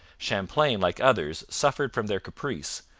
champlain, like others, suffered from their caprice,